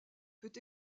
peut